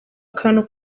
akantu